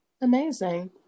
amazing